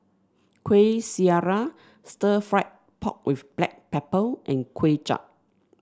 Kuih Syara Stir Fried Pork with Black Pepper and Kway Chap